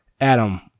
Adam